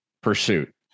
Pursuit